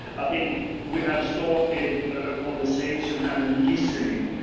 i think we have started a conversation and listening.